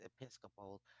Episcopal